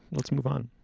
let's move on